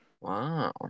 Wow